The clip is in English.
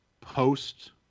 post